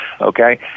okay